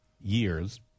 years